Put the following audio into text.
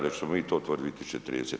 da ćemo mi to otvoriti 2030.